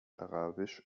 arabisch